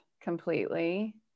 completely